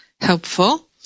helpful